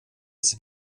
des